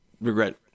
regret